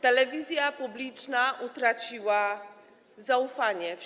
Telewizja publiczna utraciła zaufanie